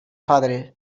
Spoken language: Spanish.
padres